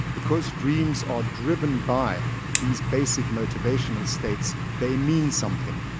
because dreams are driven by these basic motivational states, they mean something,